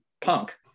punk